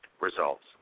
results